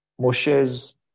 Moshe's